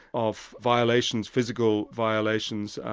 of violations, physical violations,